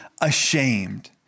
ashamed